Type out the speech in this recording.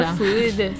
food